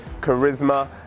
charisma